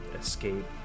escape